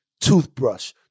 Toothbrush